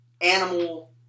animal